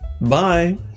Bye